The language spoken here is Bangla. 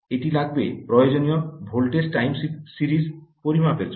এটি লাগবে প্রয়োজনীয় ভোল্টেজ টাইম সিরিজ পরিমাপের জন্য